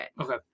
Okay